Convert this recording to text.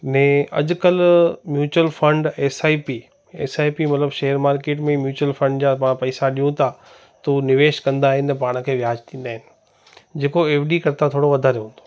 ने अॼु कल्ह mutual fund S I P S I P मतिलबु शेयर मार्केट में म्यूचुअल फ़ंड जा पाण पैसा ॾियूं था त हू निवेश कंदा आहिनि पाण खे व्याजु ॾींदा आहिनि जेको एफ़ डी खां थोरो वधारे